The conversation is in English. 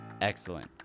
excellent